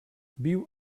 viu